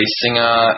singer